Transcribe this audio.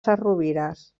sesrovires